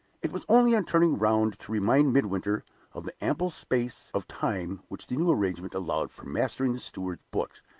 it was only on turning round to remind midwinter of the ample space of time which the new arrangement allowed for mastering the steward's books,